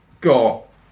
got